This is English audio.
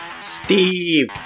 Steve